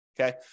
Okay